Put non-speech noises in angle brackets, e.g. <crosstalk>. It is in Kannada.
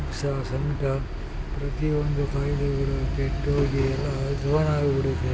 ಸ ಸಂಕಟ ಪ್ರತಿ ಒಂದು ಕಾಯಿಲೆಗಳು ಕೆಟ್ಟೋಗಿ ಎಲ್ಲ <unintelligible> ಬಿಡುತ್ತೆ